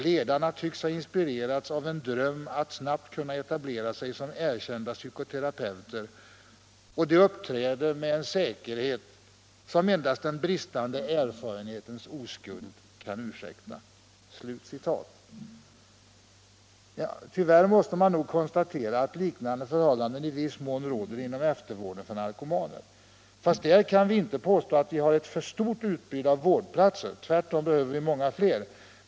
Ledarna tycks ha inspirerats av en dröm att snabbt kunna etablera sig som erkända psykoterapeuter och de uppträder med en säkerhet som endast den bristande erfarenhetens oskuld kan ursäkta.” Tyvärr måste man nog konstatera att liknande förhållanden i viss mån råder inom eftervården för narkomaner. Men där kan vi inte påstå att vi har ett för stort utbud av vårdplatser. Tvärtom behöver vi många fler.